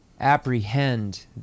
apprehend